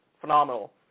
phenomenal